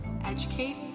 educate